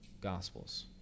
Gospels